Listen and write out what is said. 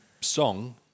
song